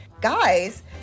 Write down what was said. guys